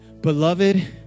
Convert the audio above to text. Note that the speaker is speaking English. beloved